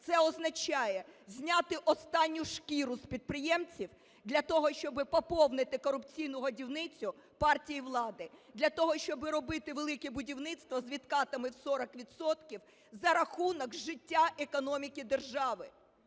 Це означає зняти останню шкіру з підприємців для того, щоб поповнити корупційну годівницю партії влади, для того, щоб робити "Велике будівництво" з відкатами в 40 відсотків за рахунок життя економіки держави.